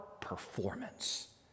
performance